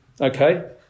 okay